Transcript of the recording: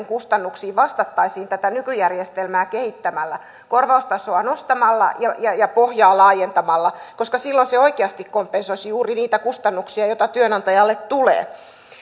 kustannuksiin vastattaisiin tätä nykyjärjestelmää kehittämällä korvaustasoa nostamalla ja ja pohjaa laajentamalla koska silloin se oikeasti kompensoisi juuri niitä kustannuksia joita työnantajalle tulee